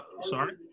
Sorry